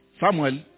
Samuel